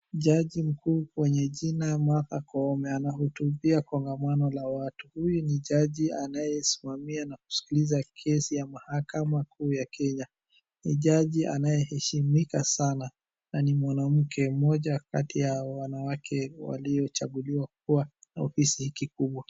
Jaji mkuu mwenye jina Martha Koome anahutubia kongamano la watu. Huyu ni jaji anayesimamia na kusikiliza kesi ya mahakama kuu ya Kenya. Ni jaji anyeheshimika sana ,na ni mwanamke mmoja kati ya wanawake waliochaguliwa kuwa na ofisi kikubwa.